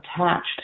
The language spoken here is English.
attached